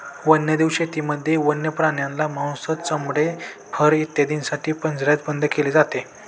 वन्यजीव शेतीत वन्य प्राण्यांना मांस, चामडे, फर इत्यादींसाठी पिंजऱ्यात बंद केले जाते